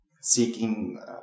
seeking